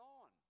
on